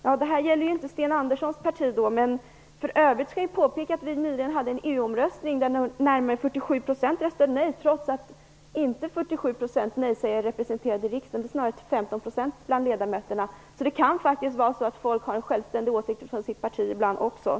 Jag kan - även om det inte berör Sten Anderssons parti - påpeka att i EU-omröstningen nyligen närmare 47 % röstade nej, trots att nejsägarna inte har 47 % representation i riksdagen utan snarare 15. Människor kan faktiskt ibland ha en självständig uppfattning i förhållande till det egna partiet.